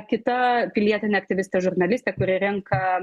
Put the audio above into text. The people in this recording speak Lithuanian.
kita pilietinė aktyvistė žurnalistė kuri renka